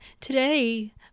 Today